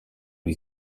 lui